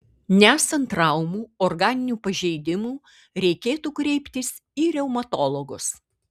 nesant traumų organinių pažeidimų reikėtų kreiptis į reumatologus